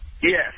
Yes